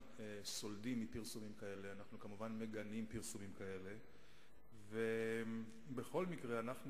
פרסומים אלה גורמים נזק רב למשרד החוץ ופוגעים בעובדיו.